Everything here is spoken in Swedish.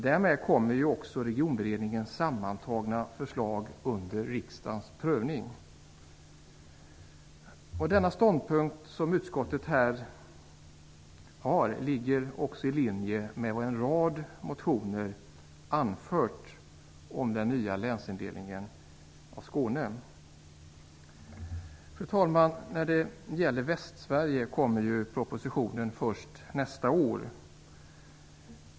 Därmed kommer ju också Regionberedningens sammantagna förslag under riksdagens prövning. Den ståndpunkt som utskottet här intar ligger också i linje med vad som i en rad motioner anförts om den nya länsindelningen av Skåne. Fru talman! När det gäller Västsverige kommer ju propositionen först nästa år.